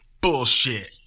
bullshit